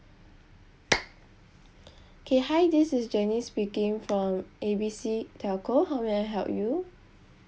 K hi this is janice speaking from A B C telco how may I help you